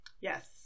Yes